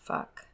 Fuck